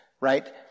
right